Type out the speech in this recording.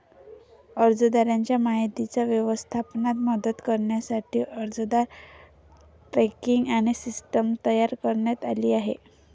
अर्जदाराच्या माहितीच्या व्यवस्थापनात मदत करण्यासाठी अर्जदार ट्रॅकिंग सिस्टीम तयार करण्यात आली आहे